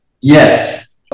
Yes